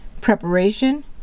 preparation